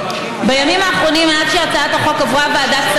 אידיוט בחליפה נראית לגיטימית.